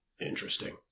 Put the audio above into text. Interesting